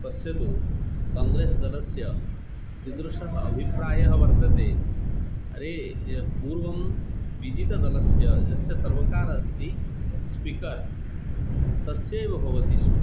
पश्यतु काङ्ग्रेस् दलस्य कीदृशः अभिप्रायः वर्तते अरे यत् पूर्वं विजितदलस्य यस्य सर्वकारः अस्ति स्पीकर् तस्यैव भवति स्म